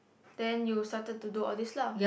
then you started to do all these lah